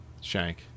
Shank